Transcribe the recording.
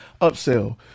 Upsell